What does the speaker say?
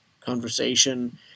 conversation